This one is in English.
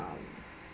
um